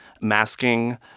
masking